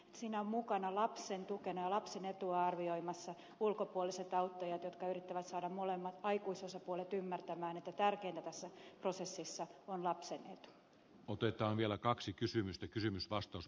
siinä ovat mukana lapsen tukena ja lapsen etua arvioimassa ulkopuoliset auttajat jotka yrittävät saada molemmat aikuisosapuolet ymmärtämään että tärkeintä tässä prosessissa on lapsen etu otetaan vielä kaksi kysymystä kysymys vastaus